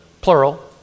plural